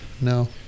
No